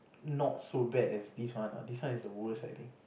not so bad as this one ah this one is the worst I think